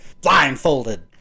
blindfolded